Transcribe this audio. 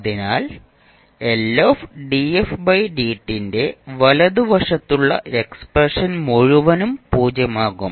അതിനാൽ ന്റെ വലതുവശത്തുള്ള എക്സ്പ്രഷൻ മുഴുവനും പൂജ്യമാകും